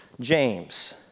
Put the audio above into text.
James